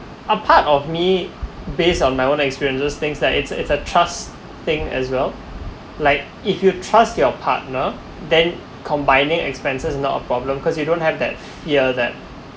a part of me based on my own experiences thinks that it's a it's a trust thing as well like if you trust your partner then combining expenses no problem cause you don't have that fear that